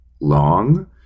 long